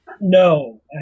No